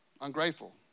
ungrateful